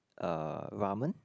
uh ramen